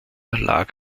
lag